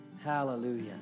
hallelujah